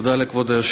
תודה לכבוד היושב-ראש,